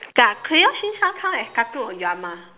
ya clear since how come I started on drama